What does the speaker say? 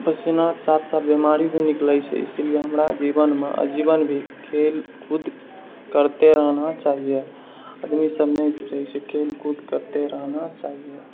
पसीनाके साथ साथ बीमारी भी निकलै छै इसीलिये हमरा जीवनमे आजीवन भी खेलकूद करते रहना चाहिए खेलकूद करते रहना चाहिए